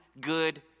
good